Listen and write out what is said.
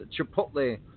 Chipotle